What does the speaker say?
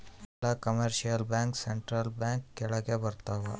ಎಲ್ಲ commercial bank central bank ಕೆಳಗ ಬರತಾವ